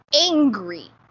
angry